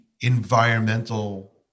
environmental